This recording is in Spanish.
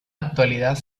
actualidad